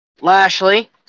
Lashley